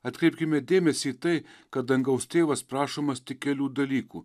atkreipkime dėmesį į tai kad dangaus tėvas prašomas tik kelių dalykų